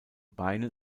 beine